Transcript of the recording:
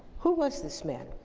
who was this man?